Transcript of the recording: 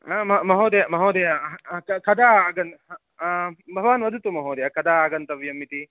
हा म महोदय महोदय कदा आगन् भवान् वदतु महोदय कदा आगन्तव्यम् इति